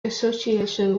association